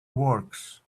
works